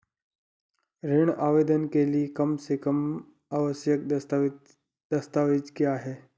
ऋण आवेदन के लिए कम से कम आवश्यक दस्तावेज़ क्या हैं?